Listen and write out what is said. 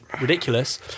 ridiculous